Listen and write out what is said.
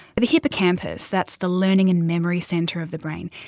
the hippocampus, that's the learning and memory centre of the brain,